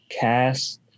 cast